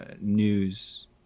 news